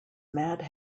mad